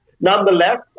Nonetheless